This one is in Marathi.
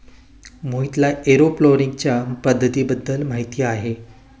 मोहितला एरोपोनिक्सच्या प्रकारांबद्दल माहिती आहे